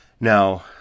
Now